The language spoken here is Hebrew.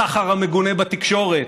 הסחר המגונה בתקשורת,